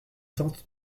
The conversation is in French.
tante